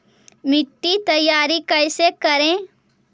मिट्टी तैयारी कैसे करें?